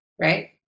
right